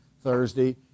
Thursday